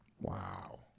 Wow